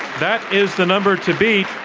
that is the number to beat.